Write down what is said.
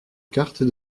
carte